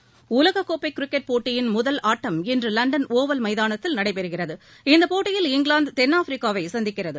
seconds உலகக்கோப்பை cricket போட்டியின் முதல் ஆட்டம் இன்று லண்டன் ஒவல் மைதானத்தில் நடைபெறுகிறது இந்தப்போட்டியில் இங்கிலாந்து தென்னாப்பிரிக்காவை சந்திக்கிறது